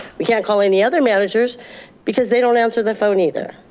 we can't call any other managers because they don't answer their phone either.